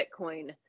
Bitcoin